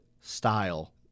style